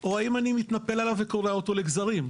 או האם אני מתנפל עליו וקורע אותו לגזרים.